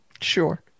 Sure